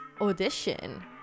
audition